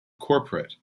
corporate